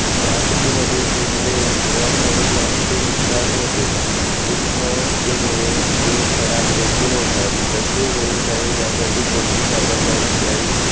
वाहतुकीमध्ये फूले व फळे यांचे नुकसान होते, उष्णतेमुळे ते खराबदेखील होतात तसे होऊ नये यासाठी कोणती खबरदारी घ्यावी?